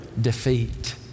defeat